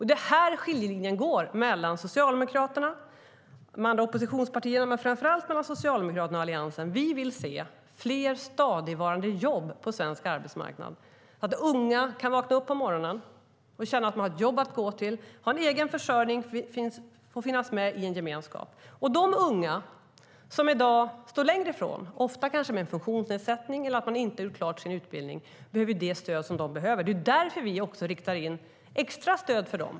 Det är här skiljelinjen går mellan framför allt Socialdemokraterna och Alliansen. Vi vill se fler stadigvarande jobb på svensk arbetsmarknad så att unga kan vakna upp på morgonen och känna att de har ett jobb att gå till, en egen försörjning och en gemenskap att ingå i. De unga som står längre från arbetsmarknaden på grund av att de har en funktionsnedsättning eller inte gjort klart sin utbildning behöver stöd, och därför riktar vi extra stöd till dem.